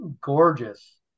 gorgeous